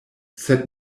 sed